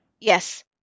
Yes